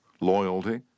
Loyalty